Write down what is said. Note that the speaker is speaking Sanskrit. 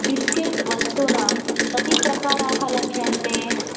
बिस्केट् वस्तूनां कति प्रकाराः लभ्यन्ते